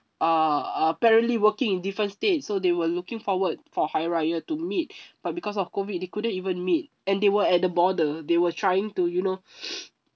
uh apparently working in different state so they were looking forward for hari raya to meet but because of COVID they couldn't even meet and they were at the border they were trying to you know